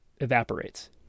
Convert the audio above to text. evaporates